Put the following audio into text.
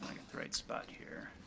get the right spot here,